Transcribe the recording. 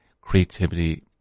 Creativity